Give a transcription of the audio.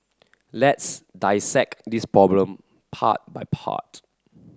let's dissect this problem part by part